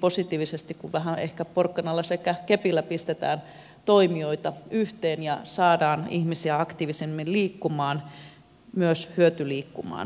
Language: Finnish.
positiivisesti kuin vähän ehkä porkkanalla ja kepillä pistetään toimijoita yhteen ja saadaan ihmisiä aktiivisemmin liikkumaan myös hyötyliikkumaan